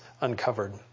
uncovered